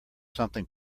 something